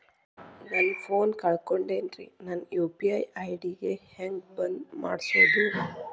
ನನ್ನ ಫೋನ್ ಕಳಕೊಂಡೆನ್ರೇ ನನ್ ಯು.ಪಿ.ಐ ಐ.ಡಿ ಹೆಂಗ್ ಬಂದ್ ಮಾಡ್ಸೋದು?